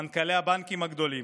מנכ"לי הבנקים הגדולים,